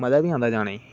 मजा नेईं आंदे जाने गी